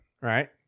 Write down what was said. Right